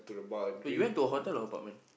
wait you went to a hotel or apartment